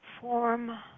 form